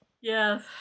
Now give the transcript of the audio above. Yes